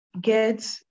Get